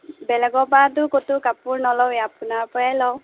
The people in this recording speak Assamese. বেলেগৰ পৰাতো ক'তো কাপোৰ নলঁৱেই আপোনাৰ পৰাই লওঁ